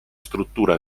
struttura